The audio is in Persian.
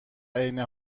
عین